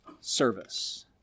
service